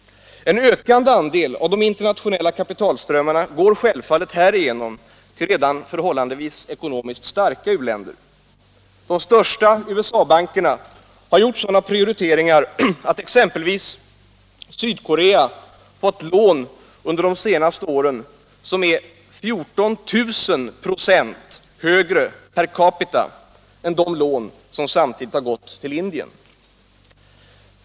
En ökande andel av de internationella kapitalströmmarna går självfallet härigenom till redan förhållandevis ekonomiskt starka u-länder. De största USA-bankerna har gjort sådana prioriteringar att exempelvis Sydkorea fått lån under de senaste åren som är 14 000 96 högre per capita än de lån som samtidigt gått till Indien.